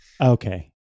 Okay